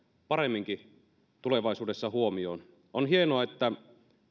paremminkin tulevaisuudessa huomioon on hienoa että